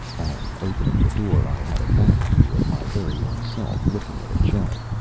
on opening the door i had a back view of my very own self looking at a chart.